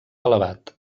elevat